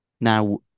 Now